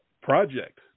project